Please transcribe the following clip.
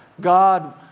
God